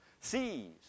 sees